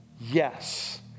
yes